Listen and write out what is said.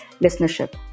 listenership